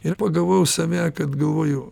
ir pagavau save kad galvoju